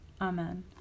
Amen